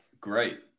Great